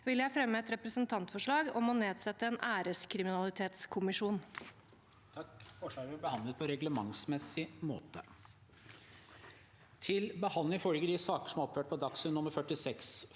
vil jeg fremme et representantforslag om å nedsette en æreskriminalitetskommisjon.